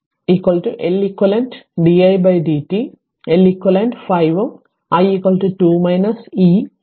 അതിനാൽ L eq 5 ഉം I 2 e ഉം പവറിന് 10 t മില്ലി വോൾട്ട്